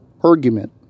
argument